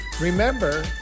Remember